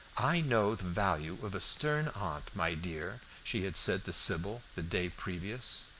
i know the value of a stern aunt, my dear, she had said to sybil the day previous.